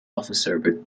officer